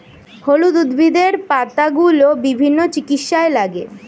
হলুদ উদ্ভিদের পাতাগুলো বিভিন্ন চিকিৎসায় লাগে